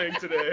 today